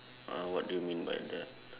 uh what do you mean by that